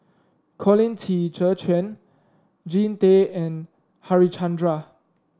Colin Qi Zhe Quan Jean Tay and Harichandra